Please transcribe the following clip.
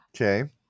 Okay